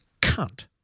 cunt